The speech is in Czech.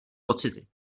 pocity